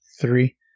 three